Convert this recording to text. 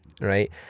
right